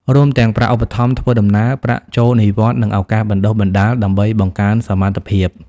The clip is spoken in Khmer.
រួមទាំងប្រាក់ឧបត្ថម្ភធ្វើដំណើរ ប្រាក់ចូលនិវត្តន៍ និងឱកាសបណ្តុះបណ្តាល ដើម្បីបង្កើនសមត្ថភាព។